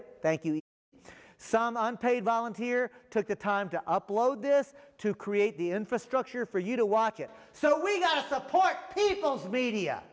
it thank you some unpaid volunteer took the time to upload this to create the infrastructure for you to watch it so we support the people's media